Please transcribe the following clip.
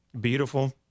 beautiful